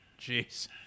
Jeez